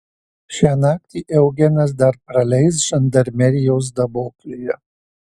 šią naktį eugenas dar praleis žandarmerijos daboklėje